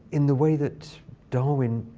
in the way that darwin